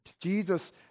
Jesus